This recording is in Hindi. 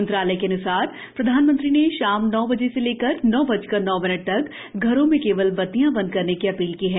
मंत्रालय के अन्सार प्रधानमंत्री ने शाम नौ बजे से लेकर नौ बजकर नौ मिनट तक घरों में केवल बतियां बंद करने की अपील की है